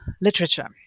literature